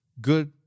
good